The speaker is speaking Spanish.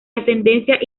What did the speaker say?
ascendencia